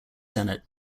senate